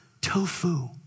tofu